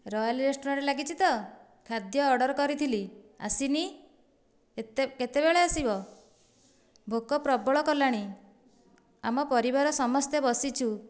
royal restaurant ଲାଗିଛି ତ ଖାଦ୍ୟ ଅର୍ଡ଼ର କରିଥିଲି ଆସିନି ଏତେ କେତେବେଳେ ଆସିବା ଭୋକ ପ୍ରବଳ କଲାଣି ଆମ ପରିବାର ସମସ୍ତେ ବସିଛୁ